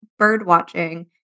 birdwatching